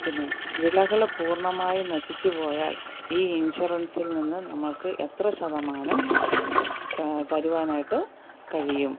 പിന്നെ വിളകൾ പൂർണ്ണമായി നശിച്ചുപോയാൽ ഈ ഇൻഷുറൻസിൽ നിന്ന് നമ്മൾക്ക് എത്ര ശതമാനം തരുവാനായിട്ട് കഴിയും